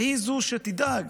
והיא שתדאג